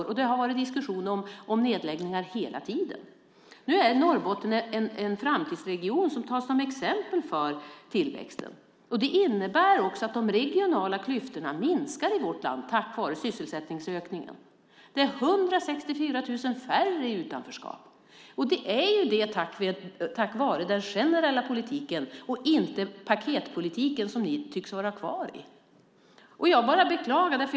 Det har hela tiden varit diskussion om nedläggningar. Nu är Norrbotten en framtidsregion som tas som exempel för tillväxten. De regionala klyftorna minskar i vårt land tack vare sysselsättningsökningen. Det är 164 000 färre i utanförskap. Det är tack vare den generella politiken och inte paketpolitiken som ni tycks vara kvar i. Jag beklagar det.